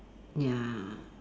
ya